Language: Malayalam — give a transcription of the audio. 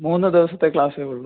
മൂന്ന് ദിവസത്തെ ക്ലാസേ ഉള്ളൂ